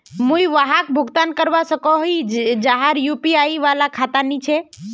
मुई वहाक भुगतान करवा सकोहो ही जहार यु.पी.आई वाला खाता नी छे?